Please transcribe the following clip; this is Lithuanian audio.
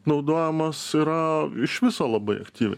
naudojamos yra iš viso labai aktyviai